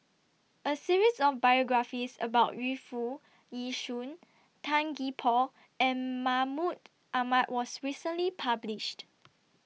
A series of biographies about Yu Foo Yee Shoon Tan Gee Paw and Mahmud Ahmad was recently published